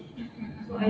mm